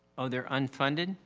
oh, they are unfunded?